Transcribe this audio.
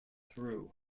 through